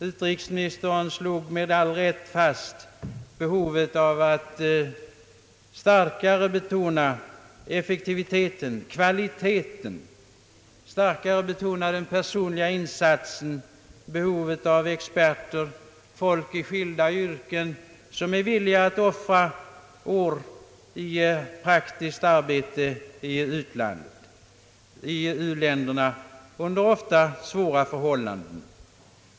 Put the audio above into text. Utrikesministern slog med all rätt fast behovet av att starkare betona effektiviteten, kvaliteten, den personliga insatsen, behovet av experter, folk i skilda yrken som är villiga att offra år i praktiskt arbete i u-länder under ofta svåra förhållanden.